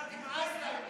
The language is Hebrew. נמאס להם מכם.